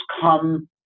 come